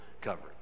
coverage